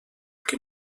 que